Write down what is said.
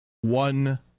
one